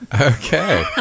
Okay